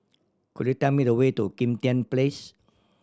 could you tell me the way to Kim Tian Place